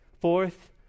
Fourth